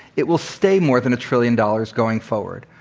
it will stay more than a trillion dollars going forward.